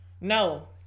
no